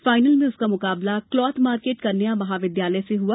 final में उसका मुकाबला क्लॉथ मार्केट कन्या महाविद्यालय से हुआ